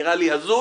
זה נראה לי הזוי